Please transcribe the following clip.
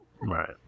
Right